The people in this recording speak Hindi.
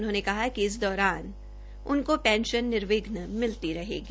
उन्होंने कहा कि इस दौरान उनकी पेंशन निर्विघ्न मिलती रहेगी